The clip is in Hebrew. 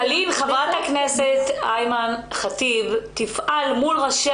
חברת הכנסת אימאן ח'טיב תפעל מול ראשי